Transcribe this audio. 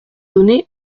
donner